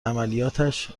عملیاتش